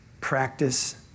Practice